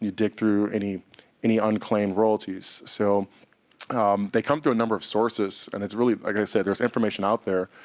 ah dig through any any unclaimed royalties. so they come through a number of sources, and it's really like i said, there's information out there.